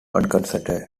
uncertain